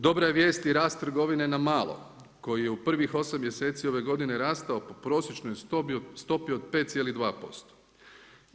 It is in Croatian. Dobra je vijest i rast trgovine na malo koji je u prvih 8 mjeseci ove godine rastao po prosječnoj stopi od 5,2%